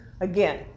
Again